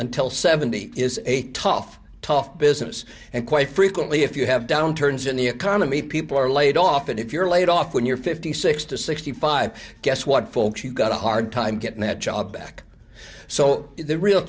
until seventy is a tough tough business and quite frequently if you have downturns in the economy people are laid off and if you're laid off when you're fifty six to sixty five guess what folks you've got a hard time getting that job back so the real